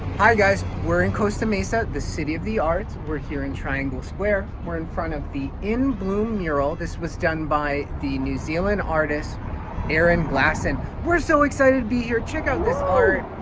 hi guys we're in costa mesa the city of the arts we're here in triangle square we're in front of the in bloom mural this was done by the new zealand artist aaron glasson we're so excited to be here check out this art